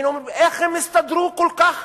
היינו אומרים: איך הם הסתדרו כל כך